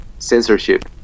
Censorship